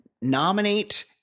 nominate